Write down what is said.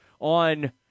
on